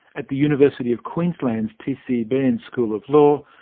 at the university of queensland's tc beirne school of law,